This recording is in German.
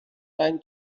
dein